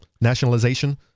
nationalization